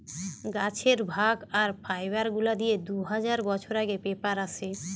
গাছের ভাগ আর ফাইবার গুলা দিয়ে দু হাজার বছর আগে পেপার আসে